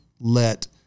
let